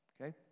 Okay